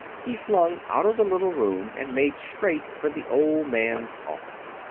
he flung out of the little room and made straight for the old man's office.